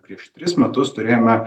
prieš tris metus turėjome